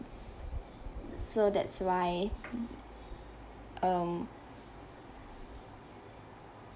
so that's why um